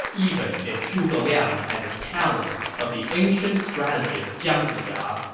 even if zhuge liang had the talent of the ancient strategist jiang ziya,